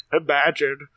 Imagine